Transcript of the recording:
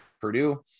purdue